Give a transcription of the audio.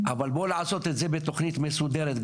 אבל בואו לעשות את זה בתוכנית מסודרת.